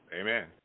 Amen